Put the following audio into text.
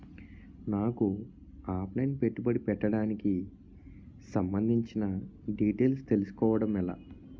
నాకు offline పెట్టుబడి పెట్టడానికి సంబందించిన డీటైల్స్ తెలుసుకోవడం ఎలా?